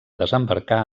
desembarcar